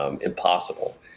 Impossible